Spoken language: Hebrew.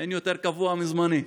אין יותר קבוע מזמני,